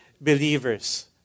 believers